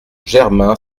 germain